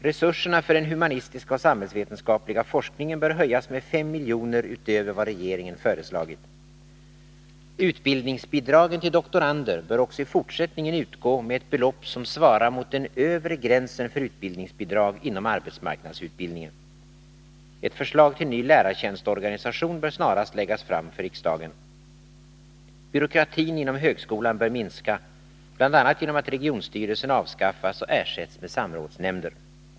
Resurserna för den humanistiska och samhällsvetenskapliga forskningen bör höjas med 5 milj.kr. utöver vad regeringen föreslagit. Utbildningsbidragen till doktorander bör också i fortsättningen utgå med ett belopp som svarar mot den övre gränsen för utbildningsbidrag inom arbetsmarknadsutbildningen. Ett förslag till ny lärartjänstorganisation bör snarast läggas fram för riksdagen. Byråkratin inom högskolan bör minska, bl.a. genom att regionstyrelserna avskaffas och ersätts med samrådsnämnder.